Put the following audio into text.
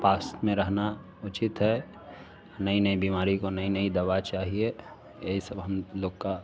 पास में रहना उचित है नई नई बीमारी को नई नई दवा चाहिए यही सब हम लोग का